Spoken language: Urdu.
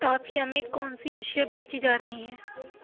ٹافیاں میں کون سی اشیاء بیچی جا رہی ہیں